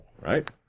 right